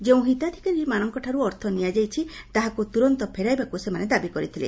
ଯେଉଁ ହିତାଧିକାରୀଙ୍କଠାରୁ ଅର୍ଥ ନିଆଯାଇଛି ତାହାକୁ ତୁରନ୍ତ ଫେରାଇବାକୁ ସେମାନେ ଦାବି କରିଥିଲେ